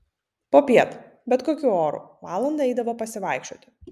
popiet bet kokiu oru valandą eidavo pasivaikščioti